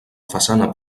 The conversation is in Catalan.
façana